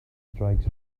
strikes